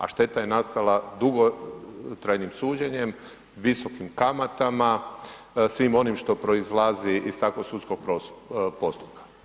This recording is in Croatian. A šteta je nastala dugotrajnim suđenjem, visokim kamatama, svim onim što proizlazi iz takvog sudskog postupka.